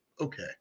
okay